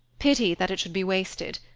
pity that it should be wasted.